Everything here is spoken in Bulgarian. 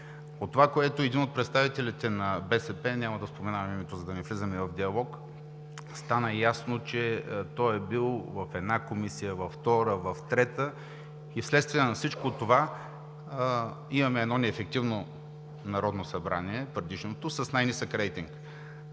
От това, което каза един от представителите на БСП – няма да споменавам името, за да не влизаме в диалог, стана ясно, че той е бил в една, във втора, в трета комисия и вследствие на всичко това имаме неефективно Народно събрание – предишното, с най-нисък рейтинг.